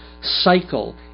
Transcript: cycle